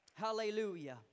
Hallelujah